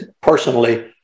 personally